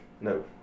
No